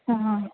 हा